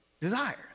desire